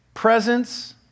presence